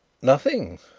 nothing,